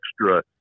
extra